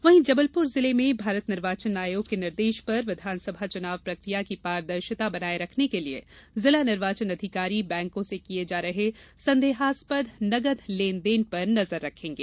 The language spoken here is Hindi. वहीं जबलपुर जिले में भारत निर्वाचन आयोग के निर्देश पर विधानसभा चुनाव प्रकिया की पारदर्शिता बनाये रखने के लिये जिला निर्वाचन अधिकारी बैंकों से किये जा रहे संदेहास्पद नगद लेन देन पर नजर रखेंगे